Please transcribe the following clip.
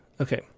Okay